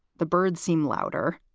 the birds seem louder,